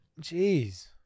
Jeez